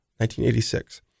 1986